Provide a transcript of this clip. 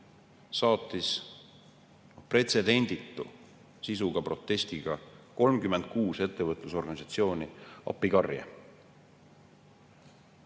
saatis pretsedenditu sisuga protesti 36 ettevõtlusorganisatsiooni. See